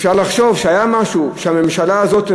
אפשר לחשוב שהיה משהו שהממשלה הזאת,